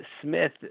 Smith